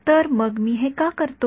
तर मग मी हे का करतो